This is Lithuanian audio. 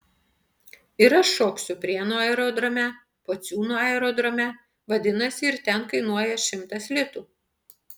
ir aš šoksiu prienų aerodrome pociūnų aerodrome vadinasi ir ten kainuoja šimtas litų